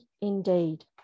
indeed